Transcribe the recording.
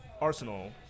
Arsenal